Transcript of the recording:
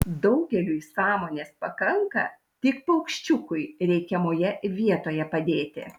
daugeliui sąmonės pakanka tik paukščiukui reikiamoje vietoje padėti